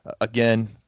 Again